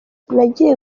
nagiye